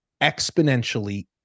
exponentially